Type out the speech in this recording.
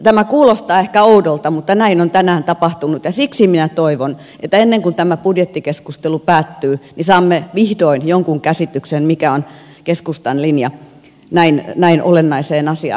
tämä kuulostaa ehkä oudolta mutta näin on tänään tapahtunut ja siksi minä toivon että ennen kuin tämä budjettikeskustelu päättyy saamme vihdoin jonkun käsityksen mikä on keskustan linja näin olennaiseen asiaan